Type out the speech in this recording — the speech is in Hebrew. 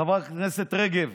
חברת הכנסת רגב,